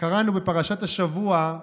קראנו בפרשת השבוע,